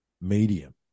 medium